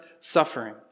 suffering